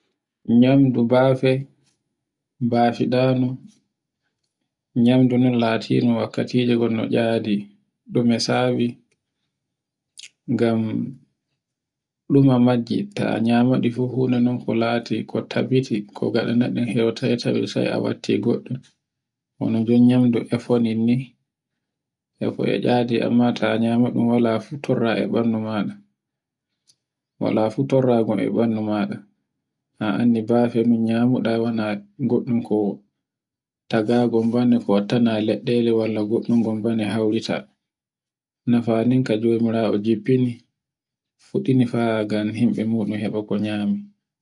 nyamdu bafe, bafi ɗano, nyamdu ndu latindu wakkatije gon ne tcadi ɗume sadi, ngam ɗume majjinta. Ta nyamaɗe fu funa non ko lati ko tabbati ko ngaɗaiydun heutaitawe sai a watti goɗɗum, hono ndun nyamdu effo nonni e fu e tcadi amma ta ɗun wala fu torra e ɗandu maɗa. a anndi bafe mun nyamuɗa wana goɗɗum ko tagagum banye ko wattana leɗɗere e walla e goɗɗum gombene hawrita. na faninka jomirawo jiffini fuɗɗini fa ngam himbe muɗum heba ko nyame.